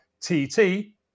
T-T